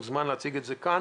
הוא מוזמן להציג אותן כאן